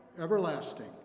everlasting